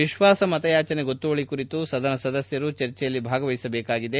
ವಿಶ್ವಾಸಮತಯಾಚನೆ ಗೊತ್ತುವಳಿ ಕುರಿತು ಸದನದ ಸದಸ್ನರು ಚರ್ಚೆಯಲ್ಲಿ ಭಾಗವಹಿಸಬೇಕಾಗಿದೆ